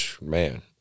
man